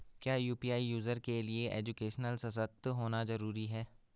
क्या UPI user के लिए एजुकेशनल सशक्त होना जरूरी है?